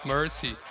Mercy